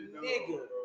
nigga